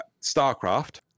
StarCraft